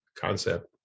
concept